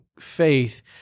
faith